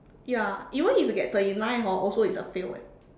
ya even if you get thirty nine hor also it's a fail eh